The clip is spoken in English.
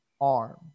arm